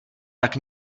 tak